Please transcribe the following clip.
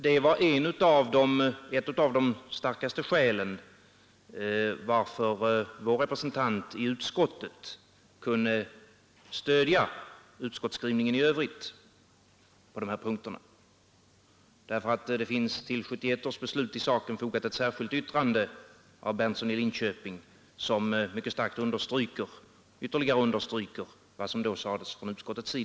Det var ett av de starkaste skälen till att vår representant i utskottet kunde stödja utskottets skrivning i övrigt på dessa punkter. Till 1971 års utskottsbetänkande i denna sak finns nämligen fogat ett särskilt yttrande av herr Berndtson i Linköping, som mycket starkt ytterligare understryker vad som då sades av utskottet.